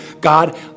God